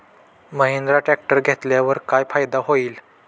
Mahindra tractor घेतल्यावर काय फायदा होईल?